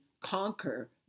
conquer